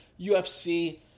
UFC